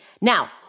Now